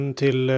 till